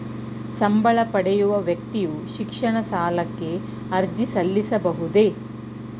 ಸಂಬಳ ಪಡೆಯುವ ವ್ಯಕ್ತಿಯು ಶಿಕ್ಷಣ ಸಾಲಕ್ಕೆ ಅರ್ಜಿ ಸಲ್ಲಿಸಬಹುದೇ?